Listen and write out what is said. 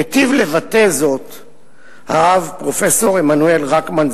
היטיב לבטא זאת הרב פרופסור עמנואל רקמן,